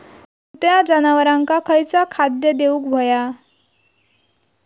दुभत्या जनावरांका खयचा खाद्य देऊक व्हया?